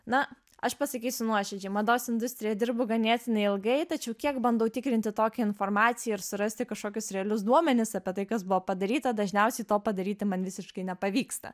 na aš pasakysiu nuoširdžiai mados industrijoje dirbu ganėtinai ilgai tačiau kiek bandau tikrinti tokią informaciją ir surasti kažkokius realius duomenis apie tai kas buvo padaryta dažniausiai to padaryti man visiškai nepavyksta